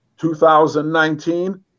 2019